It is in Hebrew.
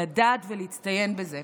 לדעת ולהצטיין בזה.